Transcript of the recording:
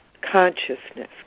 consciousness